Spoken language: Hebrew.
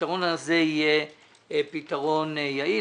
שהפתרון הזה יהיה פתרון יעיל,